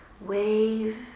wave